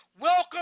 welcome